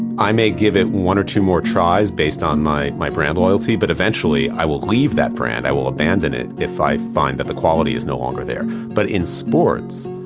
i may give it one or two more tries, based on my my brand loyalty, but eventually i will leave that brand, i will abandon it if i find that the quality is no longer there. but in sports,